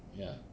ya